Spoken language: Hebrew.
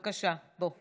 בבקשה, בוא.